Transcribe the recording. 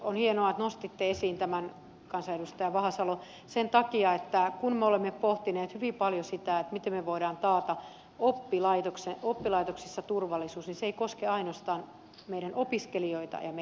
on hienoa että nostitte esiin tämän kansanedustaja vahasalo sen takia että kun me olemme pohtineet hyvin paljon sitä miten me voimme taata oppilaitoksissa turvallisuuden niin se ei koske ainoastaan meidän opiskelijoita ja meidän oppilaita